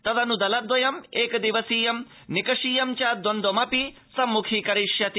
तदन् दलमिदम् एकदिवसीयं निकषीयं च द्वन्द्वमपि संमुखीकरिष्यति